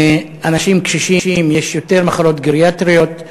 לאנשים קשישים יש יותר מחלות גריאטריות,